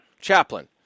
Chaplain